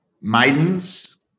maidens